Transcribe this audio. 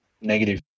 negative